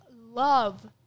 love